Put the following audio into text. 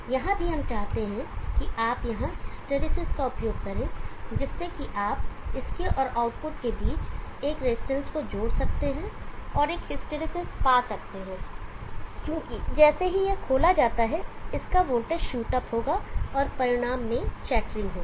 यहाँ भी हम चाहते हैं कि आप यहाँ हिस्टैरिसीस का उपयोग करें जिससे कि आप इसके और आउटपुट के बीच एक रजिस्टेंस को जोड़ सकते हैं और एक हिस्टैरिसीस पा सकते हैं क्योंकि जैसे ही यह खोला जाता है इसका वोल्टेज शूट अप होगा और परिणाम में चैटरिंग होगी